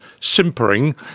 simpering